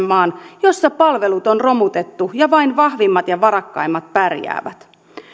maan jossa palvelut on romutettu ja vain vahvimmat ja varakkaimmat pärjäävät